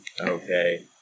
okay